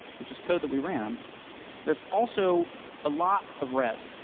which is code that we ran there's also a lot of red.